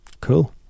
cool